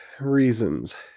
reasons